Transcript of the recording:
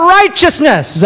righteousness